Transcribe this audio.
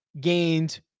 gained